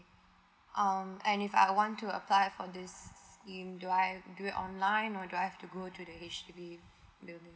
um and if I want to apply for this scheme do I do it online or do I have to go to the H_D_B building